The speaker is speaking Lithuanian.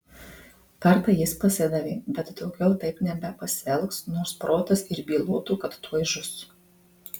kartą jis pasidavė bet daugiau taip nebepasielgs nors protas ir bylotų kad tuoj žus